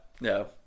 No